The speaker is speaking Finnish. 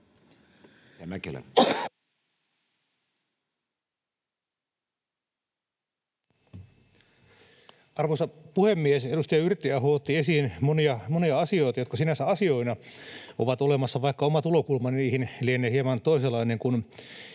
Arvoisa puhemies! Edustaja Yrttiaho otti esiin monia asioita, jotka sinänsä asioina ovat olemassa, vaikka oma tulokulmani niihin lienee hieman toisenlainen kuin